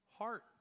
heart